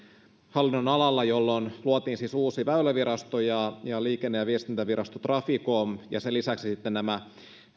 hallinnonalalla silloin luotiin siis uusi väylävirasto ja ja liikenne ja viestintävirasto traficom ja sen lisäksi sitten nämä